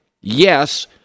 Yes